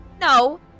No